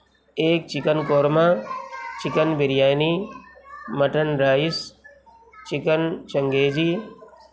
ایک chicken korma chicken biryani mutton rice chicken changezi